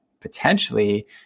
potentially